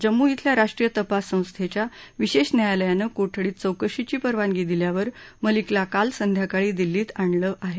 जम्मू इथल्या राष्ट्रीय तपास संस्थेच्या विशेष न्यायालयानं कोठडीत चौकशीची परवानगी दिल्यावर मलिकला काल संध्याकाळी दिल्लीत आणलं आहे